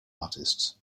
artists